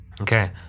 Okay